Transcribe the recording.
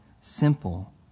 simple